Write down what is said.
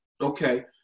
Okay